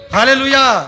Hallelujah